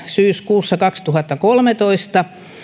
syyskuussa kaksituhattakolmetoista tehtyä päätöstä